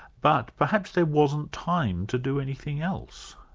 but perhaps there wasn't time to do anything else.